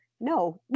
no